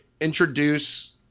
introduce –